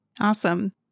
Awesome